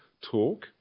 talk